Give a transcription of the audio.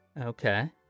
Okay